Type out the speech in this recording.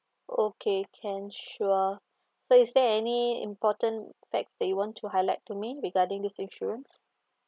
okay can sure so is there any important fact that you want to highlight to me regarding this insurance